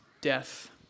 death